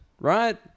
right